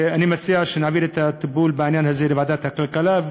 ואני מציע שנעביר את הטיפול בעניין הזה לוועדת הכלכלה,